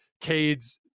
Cade's